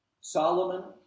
Solomon